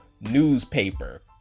newspaper